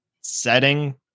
setting